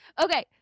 Okay